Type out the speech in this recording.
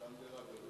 אלכסנדר הגדול.